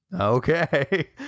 Okay